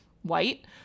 white